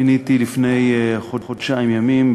מיניתי לפני חודשיים ימים,